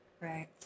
right